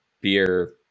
beer